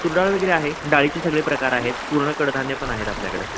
तुरडाळ वगैरे आहे डाळीचे सगळे प्रकार आहेत पूर्ण कडधान्य पण आहेत आपल्याकडं